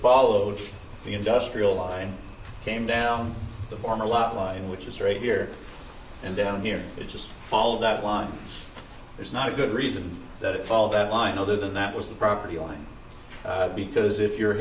followed the industrial line came down the form a lot line which is right here and down here just follow that line there's not a good reason that it follow that line other than that was the property line because if you're